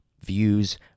views